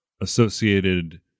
associated